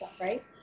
right